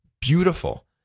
beautiful